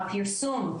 הפרסום,